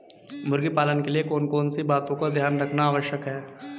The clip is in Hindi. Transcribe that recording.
मुर्गी पालन के लिए कौन कौन सी बातों का ध्यान रखना आवश्यक है?